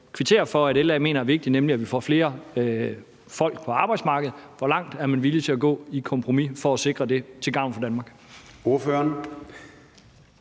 kvitterer for, at LA mener er vigtigt, nemlig at vi får flere folk på arbejdsmarkedet? Hvor langt er man villig til at gå i et kompromis for at sikre det til gavn for Danmark?